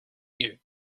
you